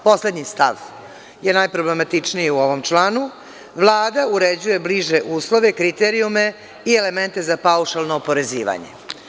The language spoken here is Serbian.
Poslednji stav je najproblematičniji u ovom članu - Vlada uređuje bliže uslove, kriterijume i elemente za paušalno oporezivanje.